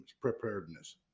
preparedness